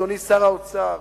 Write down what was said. אדוני שר האוצר.